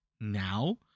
Now